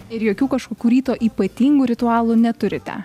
ir jokių kažkokių ryto ypatingų ritualų neturite